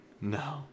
No